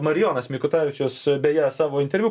marijonas mikutavičius beje savo interviu